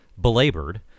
belabored